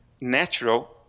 natural